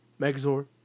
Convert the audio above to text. Megazord